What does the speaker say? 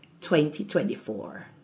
2024